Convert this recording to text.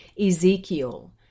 Ezekiel